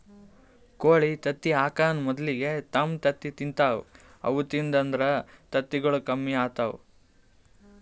ಕೋಳಿ ತತ್ತಿ ಹಾಕಾನ್ ಮೊದಲಿಗೆ ತಮ್ ತತ್ತಿ ತಿಂತಾವ್ ಅವು ತಿಂದು ಅಂದ್ರ ತತ್ತಿಗೊಳ್ ಕಮ್ಮಿ ಆತವ್